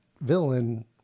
villain